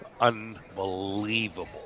unbelievable